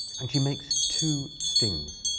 and she makes two stings.